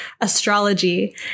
astrology